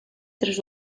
tres